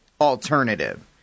alternative